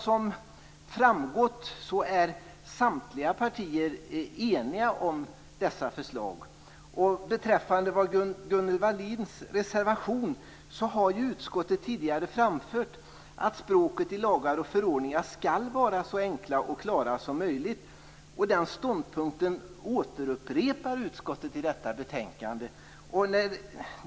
Som framgått är samtliga partier eniga om dessa förslag. Beträffande Gunnel Wallins reservation har utskottet tidigare framfört att språket i lagar och förordningar skall vara så enkelt och klart som möjligt. Den ståndpunkten återupprepar utskottet i detta betänkande.